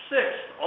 Sixth